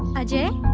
ajay!